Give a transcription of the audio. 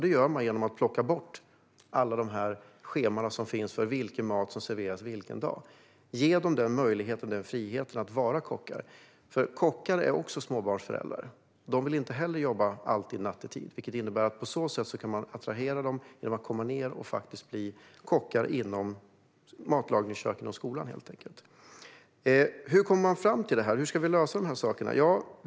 Det gör man genom att plocka bort alla de scheman som finns för vilken mat som ska serveras vilken dag. Ge dem möjligheten och friheten att vara kockar. Kockar är också småbarnsföräldrar. De vill inte heller jobba nattetid. På så sätt kan man attrahera dem att bli kockar i matlagningskök i skolan. Hur ska vi komma fram till detta? Hur ska vi lösa dessa frågor?